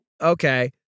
Okay